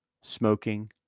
smoking